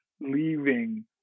leaving